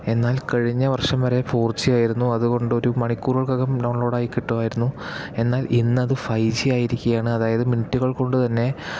എന്നാൽ കഴിഞ്ഞ വർഷം വരെ ഫോ ർജിയായിരുന്നു അതുകൊണ്ടൊരു മണിക്കൂർകൾക്കകം ഡൌൺലോട് ആയി കിട്ടുവായിരുന്നു എന്നാൽ ഇന്നത് ഫൈജി ആയിരിക്കയാണ് അതായത് മിനിറ്റുകൾക്കൊണ്ട് തന്നേ